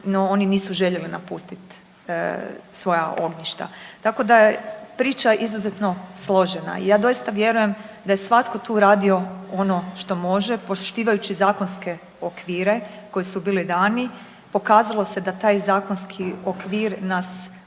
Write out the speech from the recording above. No, oni nisu željeli napustiti svoja ognjišta. Tako da je priča izuzetno složena i ja doista vjerujem da je svatko tu radio ono što može poštujući zakonske okvire koji su bili dani. Pokazalo se da taj zakonski okvir nas sputava